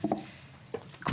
אנחנו מכירים את הנושא.